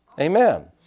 Amen